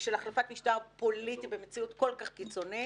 של החלפת משטר פוליטי במציאות כל כך קיצונית.